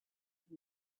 from